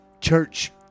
Church